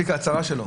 מספיקה ההצהרה שלו?